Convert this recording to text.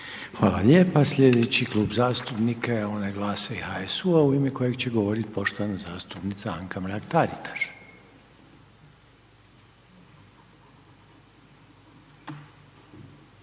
Hvala lijepa, slijedeći Klub zastupnika je onaj GLAS-a i HSU-a u ime kojeg će govorit poštovana zastupnica Anka Mrak-Taritaš.